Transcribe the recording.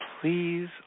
please